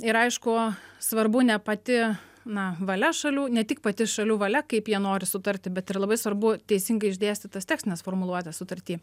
ir aišku svarbu ne pati na valia šalių ne tik pati šalių valia kaip jie nori sutarti bet yra labai svarbu teisingai išdėstyt tas tekstines formuluotes sutarty